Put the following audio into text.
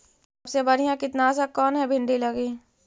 सबसे बढ़िया कित्नासक कौन है भिन्डी लगी?